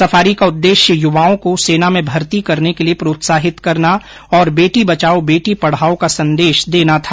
safari का उददेश्य युवाओ को सेना में भर्ती करने के लिये प्रोत्साहित करना और बेटी बचाओं बेटी पढाओं का संदेश देना था